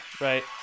right